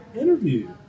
interview